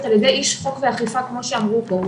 על ידי איש חוק ואכיפה כמו שאמרו פה,